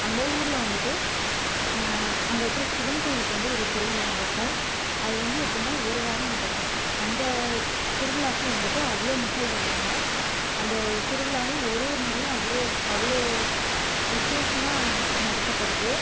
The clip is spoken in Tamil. அந்த ஊரில் வந்துட்டு அங்க இருக்கிற சிவன் கோயிலுக்கு வந்து ஒரு திருவிழா நடக்கும் அது வந்து எப்பிட்னா ஒரு வாரம் நடக்கும் அந்த திருவிழாக்கும் வந்துட்டு அவ்வளோ மக்கள் வருவாங்க அந்த திருவிழாவும் ஓரோரு நாளும் ஒரோ அவ்வளோ விசேஷமாக நடத்தப்படுது